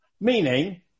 Meaning